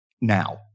now